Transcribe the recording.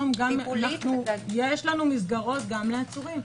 יש לנו מסגרות גם לעצורים.